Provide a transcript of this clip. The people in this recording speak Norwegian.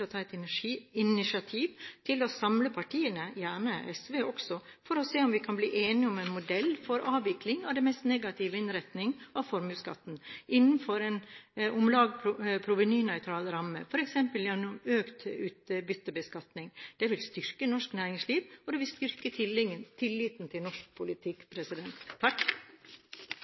å ta et initiativ til å samle partiene – gjerne også SV– for å se om vi kan bli enige om en modell for avvikling av den mest negative innretningen av formuesskatten, innenfor en om lag provenynøytral ramme, f.eks. gjennom økt utbyttebeskatning. Det vil styrke norsk næringsliv, og det vil styrke tilliten til norsk politikk.